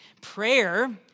Prayer